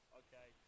okay